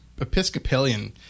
Episcopalian